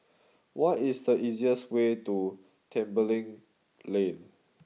what is the easiest way to Tembeling Lane